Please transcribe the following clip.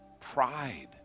Pride